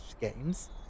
Games